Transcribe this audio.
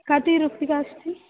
कति रूप्यकम् अस्ति